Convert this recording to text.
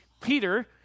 Peter